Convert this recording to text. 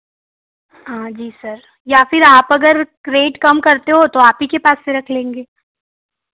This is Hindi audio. हाँ जी सर या फिर आप अगर रेट कम करते हो तो आप ही के पास से रख लेंगे